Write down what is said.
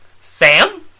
Sam